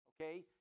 Okay